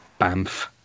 Bamf